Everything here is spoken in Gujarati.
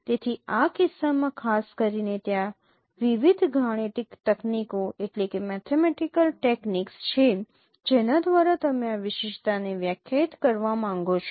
તેથી આ કિસ્સામાં ખાસ કરીને ત્યાં વિવિધ ગાણિતિક તકનીકો છે જેના દ્વારા તમે આ વિશિષ્ટતાને વ્યાખ્યાયિત કરવા માંગો છો